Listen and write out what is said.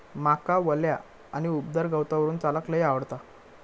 माका वल्या आणि उबदार गवतावरून चलाक लय आवडता